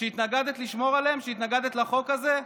שהתנגדת לשמור עליהם, שהתנגדת לחוק הזה?